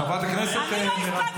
חברת הכנסת מירב כהן.